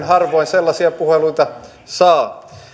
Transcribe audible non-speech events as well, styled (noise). (unintelligible) harvoin sellaisia puheluita saa